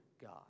God